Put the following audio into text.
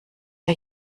der